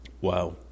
Wow